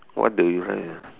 what do you like ah